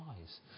eyes